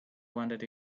wondered